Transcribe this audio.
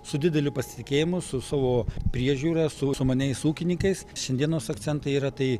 su dideliu pasitikėjimu su savo priežiūra su sumaniais ūkininkais šiandienos akcentai yra tai